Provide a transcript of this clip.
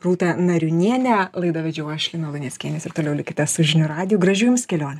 rūtą nariūnienę laidą vedžiau aš lina luneckienės ir toliau likite su žinių radiju gražių jums kelionių